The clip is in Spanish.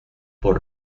por